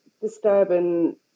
disturbing